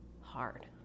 hard